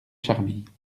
charmilles